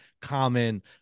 common